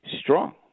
Strong